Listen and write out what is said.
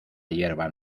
hierba